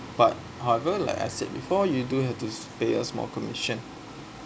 but however like I said before you do have to pay a small commission